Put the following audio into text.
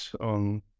on